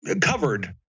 covered